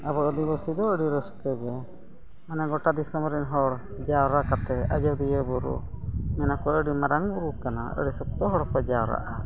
ᱟᱵᱚ ᱟᱹᱫᱤᱵᱟᱹᱥᱤ ᱫᱚ ᱟᱹᱰᱤ ᱨᱟᱹᱥᱠᱟᱹᱜᱮ ᱢᱟᱱᱮ ᱜᱳᱴᱟ ᱫᱤᱥᱚᱢ ᱨᱮᱱ ᱦᱚᱲ ᱡᱟᱣᱨᱟ ᱠᱟᱛᱮᱫ ᱟᱡᱳᱫᱤᱭᱟᱹ ᱵᱩᱨᱩ ᱚᱱᱟᱠᱚ ᱟᱹᱰᱤ ᱢᱟᱨᱟᱝ ᱵᱩᱨᱩ ᱠᱟᱱᱟ ᱟᱹᱰᱤ ᱥᱚᱠᱛᱚ ᱦᱚᱲ ᱠᱚ ᱡᱟᱣᱨᱟᱜᱼᱟ